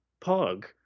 pug